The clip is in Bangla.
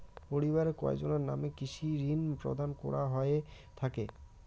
পরিবারের কয়জনের নামে কৃষি ঋণ প্রদান করা হয়ে থাকে?